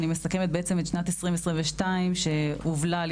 אני מסכמת בעצם את שנת 2022 שהובלה על